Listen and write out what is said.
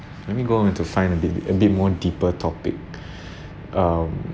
let me go into find a bit a bit more deeper topic um